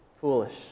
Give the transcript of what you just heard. foolish